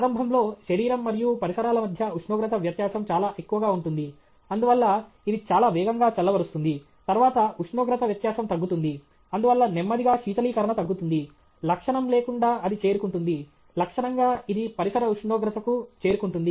ప్రారంభంలో శరీరం మరియు పరిసరాల మధ్య ఉష్ణోగ్రత వ్యత్యాసం చాలా ఎక్కువగా ఉంటుంది అందువల్ల ఇది చాలా వేగంగా చల్లబరుస్తుంది తర్వాత ఉష్ణోగ్రత వ్యత్యాసం తగ్గుతుంది అందువల్ల నెమ్మదిగా శీతలీకరణ తగ్గుతుంది లక్షణం లేకుండా అది చేరుకుంటుంది లక్షణంగా ఇది పరిసర ఉష్ణోగ్రతకు చేరుకుంటుంది